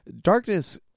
Darkness